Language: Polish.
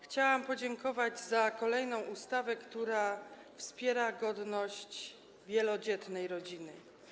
Chciałam podziękować za kolejną ustawę, która wspiera godność wielodzietnej rodziny.